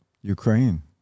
Ukraine